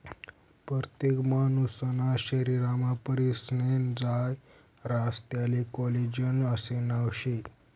परतेक मानूसना शरीरमा परथिनेस्नं जायं रास त्याले कोलेजन आशे नाव शे